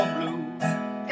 Blues